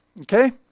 Okay